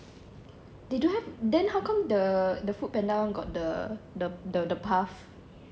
they don't have then how come the the foodpanda got the the the path